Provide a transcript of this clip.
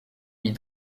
vit